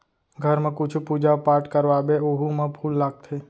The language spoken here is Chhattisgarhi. घर म कुछु पूजा पाठ करवाबे ओहू म फूल लागथे